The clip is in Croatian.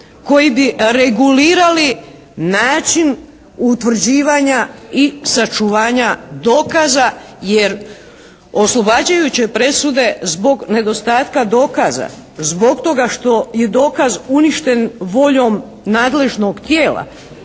koji bi regulirali način utvrđivanja i sačuvanja dokaza jer oslobađajuće presude zbog nedostatka dokaza, zbog toga što je dokaz uništen voljom nadležnog tijela